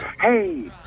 Hey